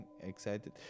excited